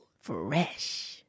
fresh